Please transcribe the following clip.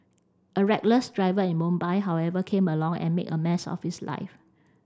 a reckless driver in Mumbai however came along and made a mess of his life